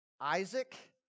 Isaac